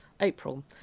April